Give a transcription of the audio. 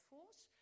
Force